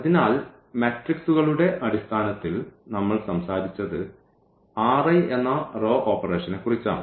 അതിനാൽ മെട്രിക്സുകളുടെ അടിസ്ഥാനത്തിൽ നമ്മൾ സംസാരിച്ചത് എന്ന റോ ഓപ്പറേഷനെക്കുറിച്ചാണ്